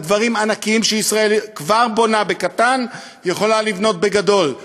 זה דברים ענקיים שישראל כבר בונה בקטן ויכולה לבנות בגדול,